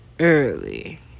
early